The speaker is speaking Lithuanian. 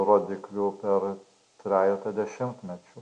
rodiklių per trejetą dešimtmečių